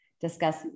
discuss